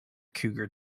cougar